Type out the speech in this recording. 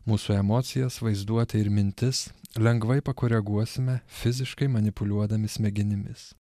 mūsų emocijas vaizduotę ir mintis lengvai pakoreguosime fiziškai manipuliuodami smegenimis